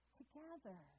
together